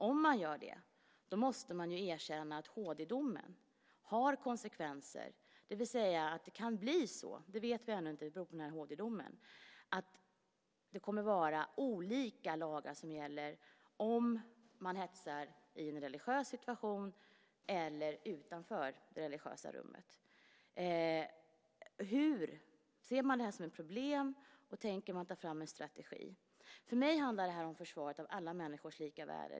Om man gör det måste man ju erkänna att HD-domen får konsekvenser, det vill säga att det kan bli så - det vet vi ännu inte för det beror på HD-domen - att olika lagar kommer att gälla vid hets i en religiös situation och vid hets utanför det religiösa rummet. Ser man det här som ett problem? Tänker man i så fall ta fram en strategi? För mig handlar det här om försvaret av alla människors lika värde.